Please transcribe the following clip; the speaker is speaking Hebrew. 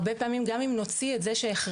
הרבה פעמים גם אם נוציא את זה שהחרים,